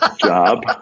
job